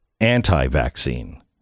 anti-vaccine